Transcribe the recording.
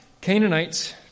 Canaanites